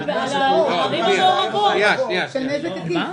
על הערים המעורבות, על נזק עקיף.